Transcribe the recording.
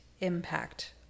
impact